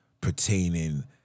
pertaining